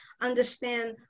understand